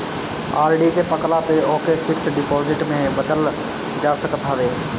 RD के पकला पअ ओके फिक्स डिपाजिट में बदल जा सकत हवे